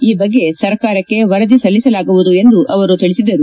ಈ ಬಗ್ಗೆ ಸರ್ಕಾರಕ್ಕೆ ವರದಿ ಸಲ್ಲಿಸಲಾಗುವುದು ಎಂದು ಹೇಳಿದರು